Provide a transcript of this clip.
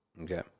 Okay